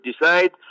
decide